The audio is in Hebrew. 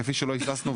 כפי שלא היססנו,